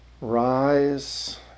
rise